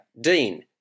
Dean